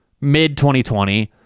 mid-2020